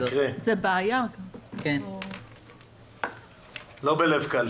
תקריאי, לא בלב קל.